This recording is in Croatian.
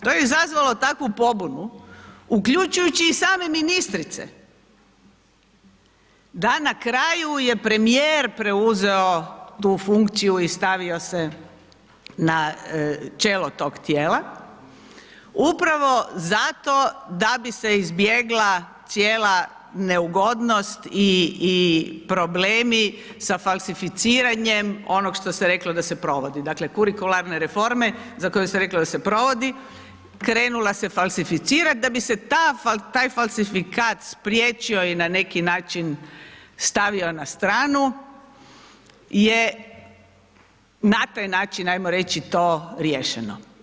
To je izazvalo takvu pobunu, uključujući i same ministrice da na kraju je premijer preuzeo tu funkciju i stavio se na čelo tog tijela upravo zato da bi se izbjegla cijela neugodnosti i problemi sa falsificiranjem onog što se reklo da se provodi, dakle kurikularne reforme za koju ste rekli da se provodi, krenula se falsificirat, da bi se taj falsifikat spriječio i na neki način stavio na stranu je na taj način to ajmo reći riješeno.